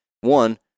One